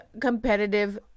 competitive